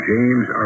James